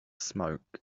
smoke